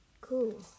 Cool